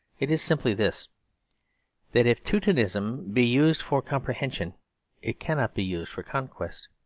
it is simply this that if teutonism be used for comprehension it cannot be used for conquest.